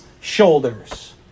shoulders